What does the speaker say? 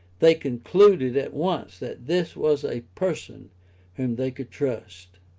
they concluded at once that this was a person whom they could trust.